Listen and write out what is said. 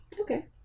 Okay